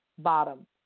bottom